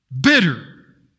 bitter